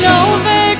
over